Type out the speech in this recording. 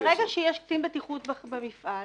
ברגע שיש קצין בטיחות במפעל,